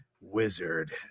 wizard